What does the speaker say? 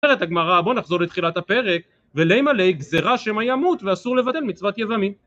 הגמרא בוא נחזור לתחילת הפרק ולמלא גזירה שמא ימות ואסור לבטל מצוות יבמי